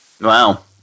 Wow